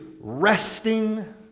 resting